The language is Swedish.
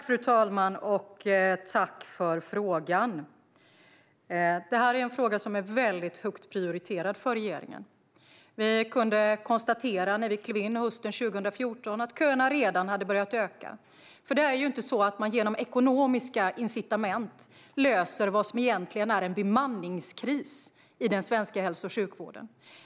Fru talman! Tack för frågan! Det är en fråga som är väldigt högt prioriterad av regeringen. När vi klev in hösten 2014 kunde vi konstatera att köerna redan hade börjat öka, för det är ju inte genom ekonomiska incitament man löser vad som egentligen är en bemanningskris i den svenska hälso och sjukvården.